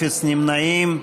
אפס נמנעים.